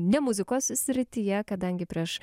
ne muzikos srityje kadangi prieš